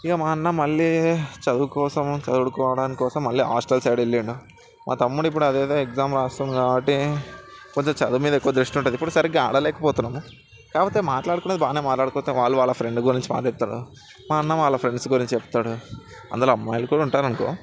ఇహ మా అన్న మళ్ళీ చదువు కోసం చదువుకోవడం కోసం మళ్ళీ హాస్టల్ సైడ్ వెళ్లిండు మా తమ్ముడు ఇప్పుడు అదేదో ఎక్సమ్ రాస్తున్నాడు కాబట్టి కొద్దిగ చదువు మీద ఎక్కువ దృష్టి ఉంటుంది ఇప్పుడు సరిగ్గా ఆడలేకపోతున్నాము కాకపోతే మాట్లాడుకునేది బాగానే మాట్లాడుకుంటాము వాడు వాళ్ళ ఫ్రెండ్ గురించి బాగా చెప్తాడు మా అన్న వాళ్ళ ఫ్రెండ్స్ గురించి చెప్తాడు అందులో అమ్మాయిలు కూడా ఉంటారనుకో